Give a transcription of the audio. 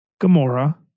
Gamora